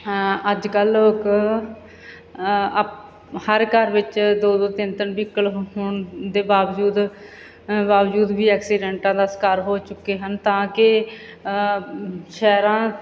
ਅੱਜ ਕੱਲ੍ਹ ਲੋਕ ਆਪ ਹਰ ਘਰ ਵਿੱਚ ਦੋ ਦੋ ਤਿੰਨ ਤਿੰਨ ਵਹੀਕਲ ਹੋਣ ਦੇ ਬਾਵਜੂਦ ਬਾਵਜੂਦ ਵੀ ਐਕਸੀਡੈਂਟਾਂ ਦਾ ਸ਼ਿਕਾਰ ਹੋ ਚੁੱਕੇ ਹਨ ਤਾਂ ਕਿ ਸ਼ਹਿਰਾਂ